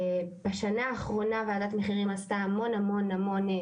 בשנה האחרונה וועדת המחירים עשתה המון שינויים,